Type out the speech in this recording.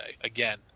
again